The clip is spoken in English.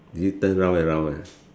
do you turn round and round ah